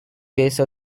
base